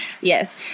Yes